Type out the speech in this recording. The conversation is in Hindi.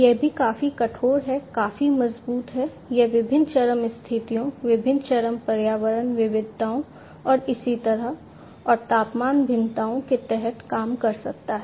यह भी काफी कठोर है काफी मजबूत है यह विभिन्न चरम स्थितियों विभिन्न चरम पर्यावरण विविधताओं और इसी तरह और तापमान भिन्नताओं के तहत काम कर सकता है